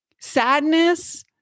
sadness